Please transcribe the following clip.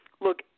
Look